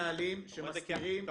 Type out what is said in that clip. מנהלים שמסתירים את הדיווחים האלה.